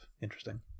interesting